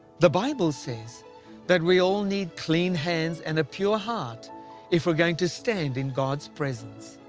the bible says that we all need clean hands and a pure heart if we're going to stand in god's presence.